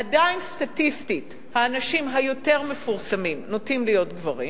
עדיין סטטיסטית האנשים היותר מפורסמים נוטים להיות גברים,